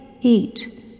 eat